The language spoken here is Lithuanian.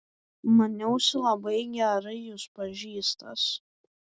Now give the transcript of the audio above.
maniausi labai gerai jus pažįstąs